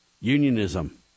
unionism